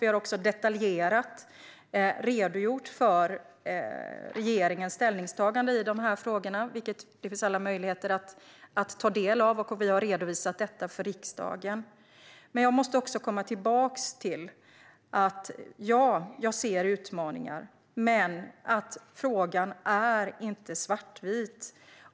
Vi har också detaljerat redogjort för regeringens ställningstagande i dessa frågor, vilket det finns alla möjligheter att ta del av, och vi har redovisat detta för riksdagen. Jag måste dock komma tillbaka till detta: Ja, jag ser utmaningar, men frågan är inte svartvit.